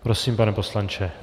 Prosím, pane poslanče.